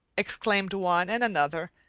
exclaimed one and another,